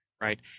right